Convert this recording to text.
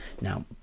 now